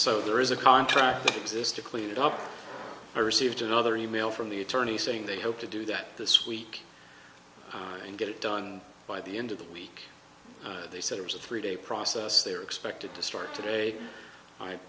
so there is a contract that exists to clean it up i received another e mail from the attorney saying they hope to do that this week and get it done by the end of the week they said it was a three day process they're expected to start today i